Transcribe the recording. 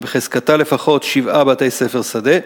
שבחזקתה לפחות שבעה בתי-ספר שדה,